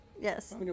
Yes